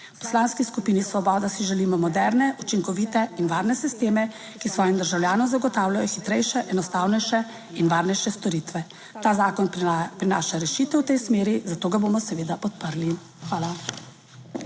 Poslanski skupini Svoboda si želimo moderne, učinkovite in varne sisteme, ki svojim državljanom zagotavljajo hitrejše, enostavnejše in varnejše storitve. Ta zakon prinaša rešitev v tej smeri, zato ga bomo seveda podprli. Hvala.